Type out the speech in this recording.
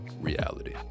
reality